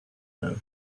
know